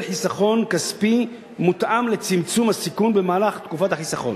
חיסכון כספי מותאם לצמצום הסיכון במהלך תקופת החיסכון".